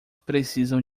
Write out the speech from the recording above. precisam